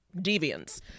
deviants